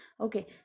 Okay